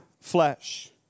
flesh